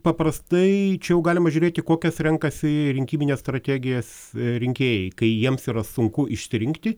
paprastai čia jau galima žiūrėti kokias renkasi rinkimines strategijas rinkėjai kai jiems yra sunku išsirinkti